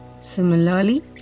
Similarly